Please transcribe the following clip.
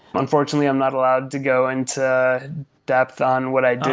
unfortunately, i'm not allowed to go into depth on what i